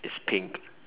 it's pink